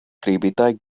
skribitaj